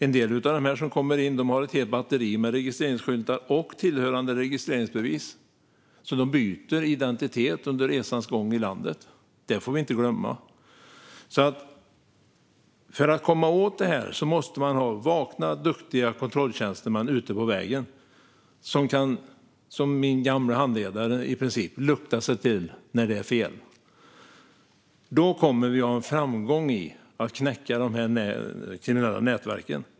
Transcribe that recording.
En del av dem som kommer in i landet har ett helt batteri med registreringsskyltar och tillhörande registreringsbevis. De byter identitet under resans gång i landet. Det får vi inte glömma. Men för att komma åt detta måste man ha vakna och duktiga kontrolltjänstemän ute på vägarna som, precis som min gamla handledare, i princip kan lukta sig till när det är fel. Då kommer vi att ha framgång i att knäcka dessa kriminella nätverk.